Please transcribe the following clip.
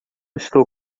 estou